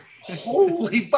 Holy